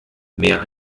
mehr